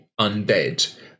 undead